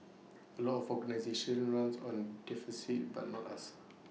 A lot of organisations runs on deficits but not us